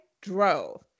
drove